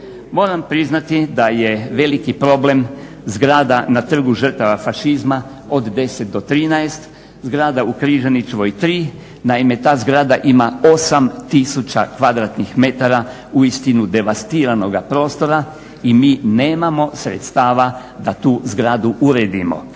Moram priznati da je veliki problem zgrada na Trgu žrtava fašizma 10-13, zgrada u Križanićevoj 3, naime ta zgrada ima 8000 m2 uistinu devastiranoga prostora i mi nemamo sredstava da tu zgradu uredimo.